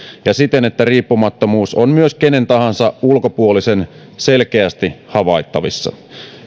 ja siten että riippumattomuus on myös kenen tahansa ulkopuolisen selkeästi havaittavissa